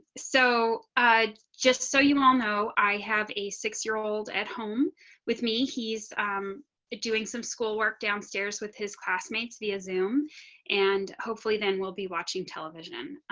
so i just so you know, i have a six year old at home with me. he's doing some school work downstairs with his classmates via zoom and hopefully then we'll be watching tv,